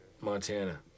Montana